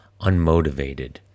unmotivated